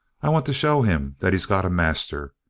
i want to show him that he's got a master.